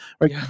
Right